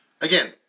Again